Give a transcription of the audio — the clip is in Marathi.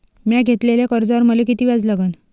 म्या घेतलेल्या कर्जावर मले किती व्याज लागन?